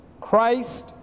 Christ